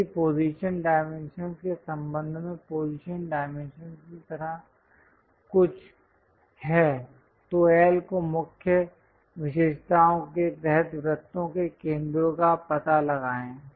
यदि position dimensions के संबंध में पोजीशन डाइमेंशंस की तरह कुछ है तो L को मुख्य विशेषताओं के तहत वृत्तों के केंद्र का पता लगाएं